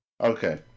Okay